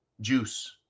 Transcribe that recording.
juice